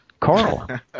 Carl